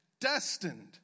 destined